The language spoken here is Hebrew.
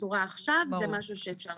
הבשורה עכשיו זה משהו שאפשר היה לשקול אותו.